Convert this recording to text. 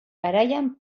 garaian